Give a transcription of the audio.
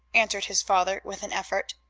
answered his father with an effort.